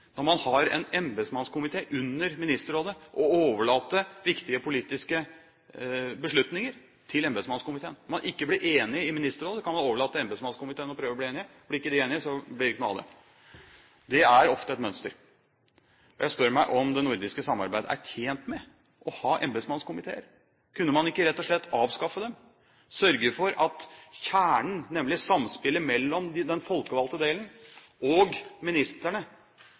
når man har en embetsmannskomité under Ministerrådet å overlate viktige politiske beslutninger til embetsmannskomiteen. Når man ikke blir enig i Ministerrådet, kan man overlate til embetsmannskomiteen å prøve å bli enige. Blir de ikke enige, blir det ikke noe av det. Det er ofte et mønster. Jeg spør meg om det nordiske samarbeidet er tjent med å ha embetsmannskomiteer. Kunne man ikke rett og slett avskaffe dem, sørge for at kjernen, nemlig samspillet mellom den folkevalgte delen og ministerne,